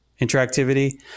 interactivity